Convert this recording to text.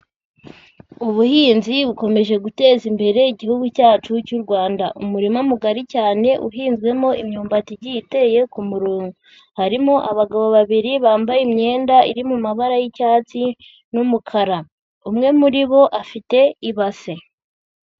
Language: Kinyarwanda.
Ubuhinzi bukomeje guteza imbere igihugu cyacu cy'u Rwanda. Umurima mugari cyane uhinzwemo imyumbati igiye iteye ku murongo, harimo abagabo babiri bambaye imyenda iri mu mabara y'icyatsi n'umukara, umwe muri bo afite ibase.